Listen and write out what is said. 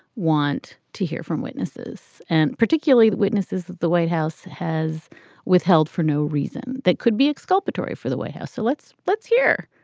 want to hear from witnesses and particularly the witnesses that the white house has withheld for no reason that could be exculpatory for the white house. so let's let's hear.